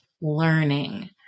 learning